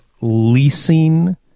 leasing